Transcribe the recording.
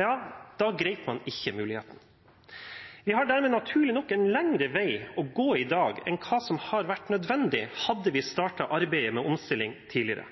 ja da grep man ikke muligheten. Vi har dermed naturlig nok en lengre vei å gå i dag enn hva som hadde vært nødvendig hadde vi startet arbeidet med omstilling tidligere.